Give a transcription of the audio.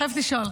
חייבת לשאול.